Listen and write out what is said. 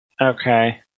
Okay